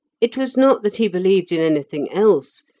it was not that he believed in anything else,